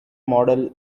model